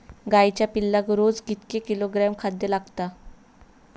गाईच्या पिल्लाक रोज कितके किलोग्रॅम खाद्य लागता?